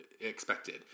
expected